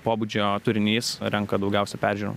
pobūdžio turinys renka daugiausia peržiūrų